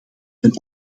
ben